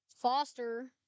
Foster